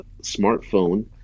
smartphone